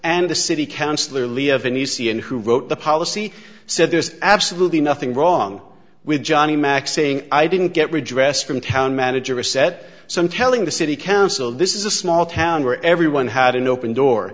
and the city councilor levin you see him who wrote the policy said there's absolutely nothing wrong with johnny mack saying i didn't get redress from town manager or said so i'm telling the city council this is a small town where everyone had an open door